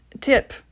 tip